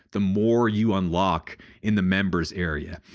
the more you unlock in the members area.